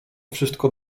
wszystko